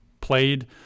played